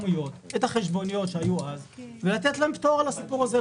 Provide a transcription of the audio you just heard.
את החשבוניות שהיו אז כדי לתת לה פטור על הסיפור הזה.